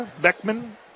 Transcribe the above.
Beckman